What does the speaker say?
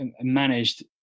managed